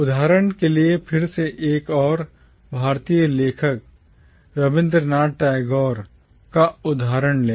उदाहरण के लिए फिर से एक और भारतीय लेखक Rabindranath Tagore रवींद्रनाथ टैगोर का उदाहरण लें